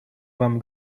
вам